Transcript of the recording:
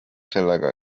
sellega